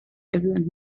everyone